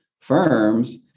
firms